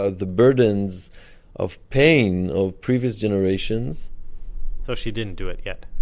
ah the burdens of pain of previous generations so she didn't do it yet?